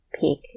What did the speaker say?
Peak